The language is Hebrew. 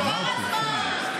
עבר הזמן.